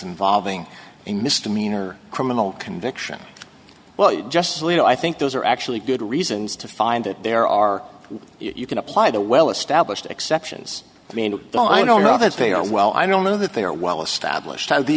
involving a misdemeanor criminal conviction well just leo i think those are actually good reasons to find that there are you can apply the well established exceptions i mean i don't know how that's based on well i don't know that they are well established